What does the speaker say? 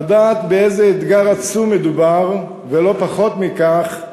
לדעת באיזה אתגר עצום מדובר, ולא פחות מכך,